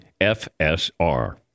FSR